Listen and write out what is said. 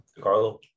carlo